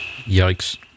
Yikes